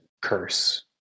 curse